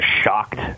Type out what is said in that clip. shocked